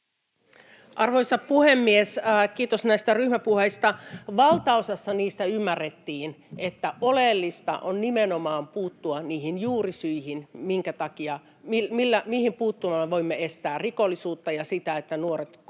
Arvoisa puhemies! Kiitos näistä ryhmäpuheista. Valtaosassa niistä ymmärrettiin, että oleellista on nimenomaan puuttua niihin juurisyihin, mihin puuttumalla voimme estää rikollisuutta ja sitä, että nuoret kohtaavat